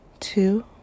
Two